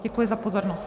Děkuji za pozornost.